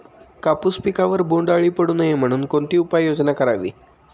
कापूस पिकावर बोंडअळी पडू नये म्हणून कोणती उपाययोजना करावी?